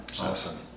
Awesome